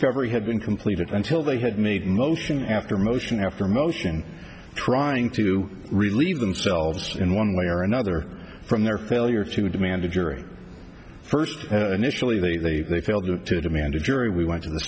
discovery had been completed until they had made motion after motion after motion trying to relieve themselves in one way or another from their failure to demand a jury first initially they failed to demand a jury we went to the